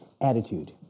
attitude